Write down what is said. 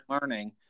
learning